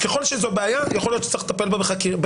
ככל שזאת בעיה, יכול להיות שצריך לטפל בה בחקיקה